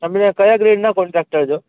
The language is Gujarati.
આપણે કયા ગ્રેડના કોન્ટ્રાક્ટર છો